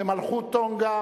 ממלכת טונגה,